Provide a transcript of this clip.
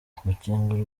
urukingo